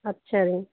ਅੱਛਾ ਜੀ